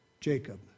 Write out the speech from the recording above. Jacob